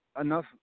enough